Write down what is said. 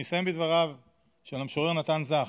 אני אסיים בדבריו של המשורר נתן זך: